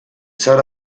zara